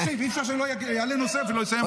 תוסיף אי-אפשר שאני אעלה נושא ואני לא אסיים אותו.